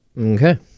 Okay